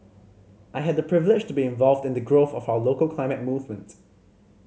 I had the privilege to be involved in the growth of our local climate movement